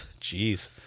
Jeez